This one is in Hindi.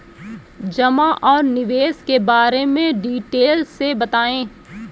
जमा और निवेश के बारे में डिटेल से बताएँ?